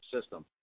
system